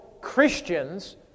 Christians